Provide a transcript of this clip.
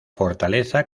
fortaleza